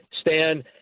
Stan